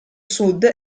sud